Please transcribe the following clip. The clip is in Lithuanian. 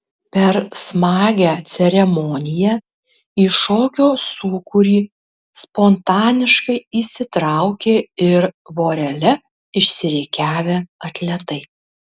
per smagią ceremoniją į šokio sūkurį spontaniškai įsitraukė ir vorele išsirikiavę atletai